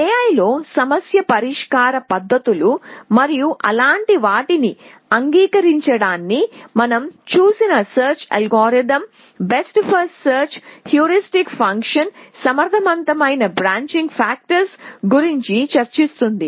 AI లో సమస్య పరిష్కార పద్ధతులు మరియు అలాంటి వాటిని అంగీకరించడాన్ని మనం చూసిన search algorithm best first search heuristic functions సమర్థవంతమైన బ్రాంచింగ్ ఫాక్టర్స్ గురించి చర్చిస్తుంది